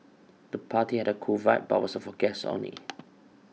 the party had a cool vibe but was for guests only